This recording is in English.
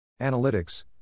Analytics